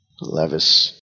Levis